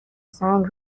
سنگ